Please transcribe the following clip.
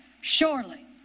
Surely